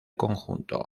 conjunto